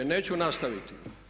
Neću nastaviti.